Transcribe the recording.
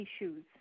issues